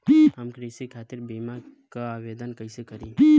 हम कृषि खातिर बीमा क आवेदन कइसे करि?